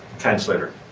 translator.